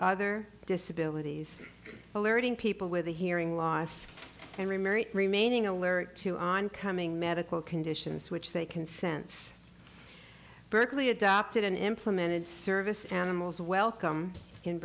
other disabilities alerting people with hearing loss and remarry remaining alert to on coming medical conditions which they can sense berkeley adopted and implemented service animals welcome in